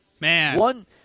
Man